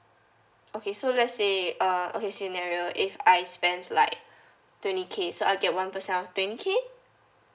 okay so let's say uh okay scenario if I spend like twenty K so I'll get one percent of twenty K